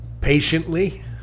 patiently